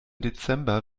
dezember